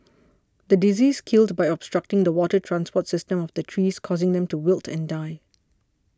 the disease killed by obstructing the water transport system of the trees causing them to wilt and die